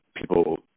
people